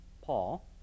Paul